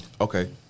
Okay